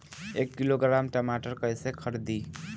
एक किलोग्राम टमाटर कैसे खरदी?